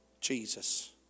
Jesus